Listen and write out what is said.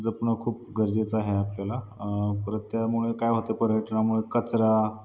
जपणं खूप गरजेचं आहे आपल्याला परत त्यामुळे काय होतं पर्यटनामुळे कचरा